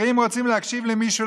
הרי אם רוצים להקשיב למישהו,